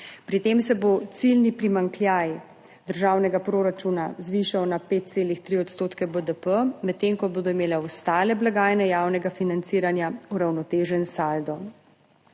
Pri tem se bo ciljni primanjkljaj državnega proračuna zvišal na 5,3 % BDP, medtem ko bodo imele ostale blagajne javnega financiranja uravnotežen saldo.